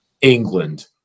England